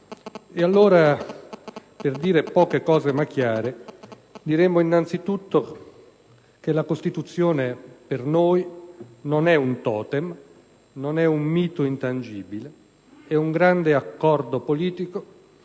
E allora, per dire poche cose ma chiare, diremo innanzitutto che la Costituzione per noi non è un totem, non è un mito intangibile. È un grande accordo politico